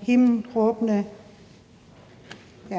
himmelråbende. Kl.